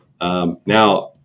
Now